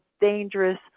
dangerous